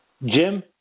jim